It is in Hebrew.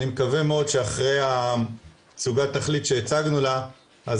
אני מקווה מאוד שאחרי התצוגת תכלית שהצגנו לה אז